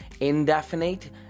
indefinite